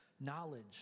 Knowledge